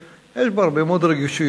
יש בו הרבה מאוד רגישויות.